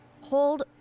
Hold